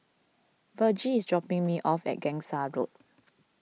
Vergie is dropping me off at Gangsa Road